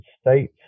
state